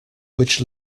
which